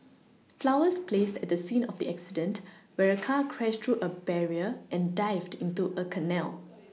flowers placed at the scene of the accident where a car crashed through a barrier and dived into a canal